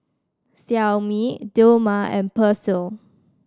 Xiaomi Dilmah and Persil